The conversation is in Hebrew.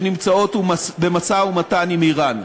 שנמצאות במשא-ומתן עם איראן.